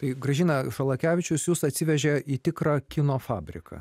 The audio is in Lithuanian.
tai grąžina žalakevičius atsivežė į tikrą kino fabriką